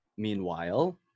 Meanwhile